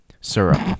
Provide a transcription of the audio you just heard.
Syrup